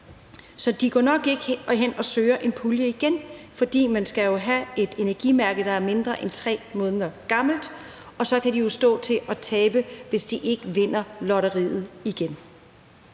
Så de går nok ikke hen og søger en pulje igen, for man skal jo have et energimærke, der er under 3 måneder gammelt, og så kan de jo, hvis de ikke vinder, stå til